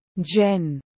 Jen